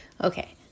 Okay